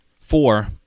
four